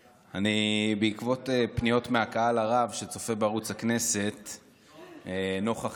בעקבות פניות מהקהל הרב שצופה בערוץ הכנסת נוכח,